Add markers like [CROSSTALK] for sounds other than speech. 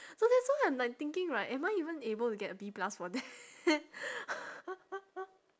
so that's why I'm like thinking right am I even able to get B plus for that [LAUGHS]